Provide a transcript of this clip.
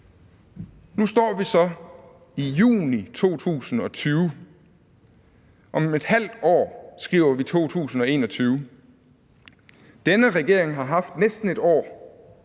Nu står vi så i juni 2020. Om et halvt år skriver vi 2021. Den regering, der sidder